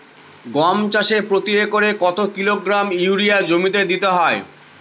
গম চাষে প্রতি একরে কত কিলোগ্রাম ইউরিয়া জমিতে দিতে হয়?